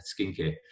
skincare